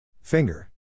Finger